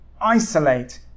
isolate